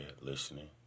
listening